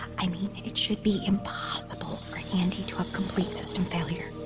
i mean, it should be impossible for andi to have complete system failure.